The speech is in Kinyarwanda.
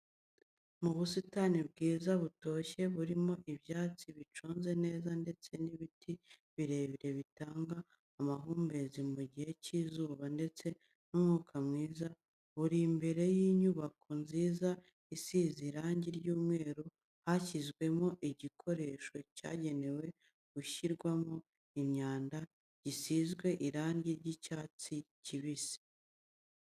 Mu busitani bwiza butoshye burimo ibyatsi biconze neza ndetse n'ibiti birebire bitanga amahumbezi mu gihe cy'izuba ndetse n'umwuka mwiza, buri imbere y'inyubako nziza isize irangi ry'umweru hashyizwemo igikoresho cyagenewe gushyirwamo imyanda gisizwe irangi ry'icyatsi kibisi.